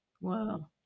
Wow